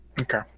Okay